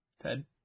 Ted